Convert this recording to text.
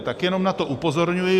Tak jenom na to upozorňuji.